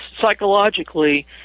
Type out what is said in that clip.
psychologically